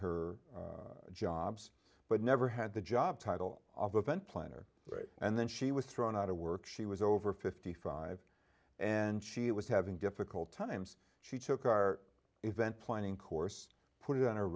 her jobs but never had the job title of event planner right and then she was thrown out of work she was over fifty five and she was having difficult times she took our event planning course put